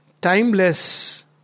timeless